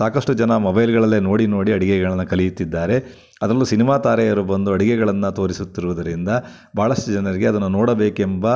ಸಾಕಷ್ಟು ಜನ ಮೊಬೈಲ್ಗಳಲ್ಲೇ ನೋಡಿ ನೋಡಿ ಅಡಿಗೆಗಳನ್ನು ಕಲಿಯುತ್ತಿದ್ದಾರೆ ಅದರಲ್ಲೂ ಸಿನಿಮಾ ತಾರೆಯರು ಬಂದು ಅಡುಗೆಗಳನ್ನು ತೋರಿಸುತ್ತಿರುವುದರಿಂದ ಭಾಳಷ್ಟು ಜನರಿಗೆ ಅದನ್ನು ನೋಡಬೇಕೆಂಬ